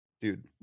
Dude